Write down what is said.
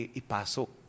ipasok